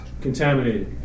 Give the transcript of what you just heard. contaminated